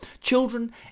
Children